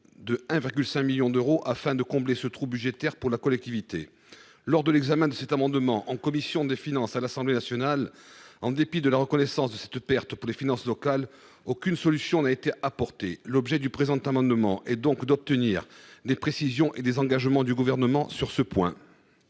de 1,5 million d’euros, afin de combler ce trou budgétaire pour la collectivité. Lors de l’examen de cet amendement en commission des finances à l’Assemblée nationale, en dépit de la reconnaissance de cette perte pour les finances locales, aucune solution n’a été apportée. L’objet du présent amendement est donc d’obtenir des précisions et des engagements du Gouvernement sur ce point.